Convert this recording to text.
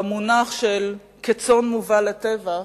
במונח "כצאן מובל לטבח",